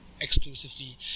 exclusively